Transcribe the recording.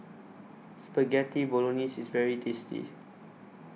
Spaghetti Bolognese IS very tasty